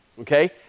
okay